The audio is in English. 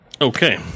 Okay